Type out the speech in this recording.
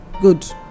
Good